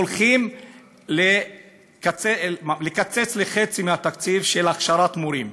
הולכים לקצץ חצי מהתקציב של הכשרת מורים.